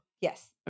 Yes